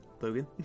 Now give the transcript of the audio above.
Logan